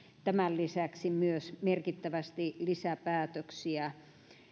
tämän lisäksi myös merkittävästi lisäpäätöksiä